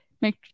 make